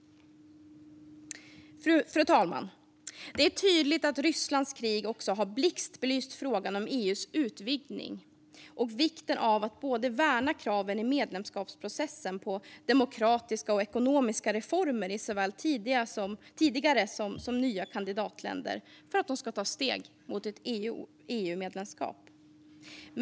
Fru talman! Det är tydligt att Rysslands krig har blixtbelyst frågan om EU:s utvidgning och vikten av att värna kraven i medlemskapsprocessen på demokratiska och ekonomiska reformer i såväl tidigare som nya kandidatländer för att de ska kunna ta steg mot ett EU-medlemskap.